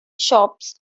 shops